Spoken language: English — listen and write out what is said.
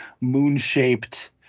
moon-shaped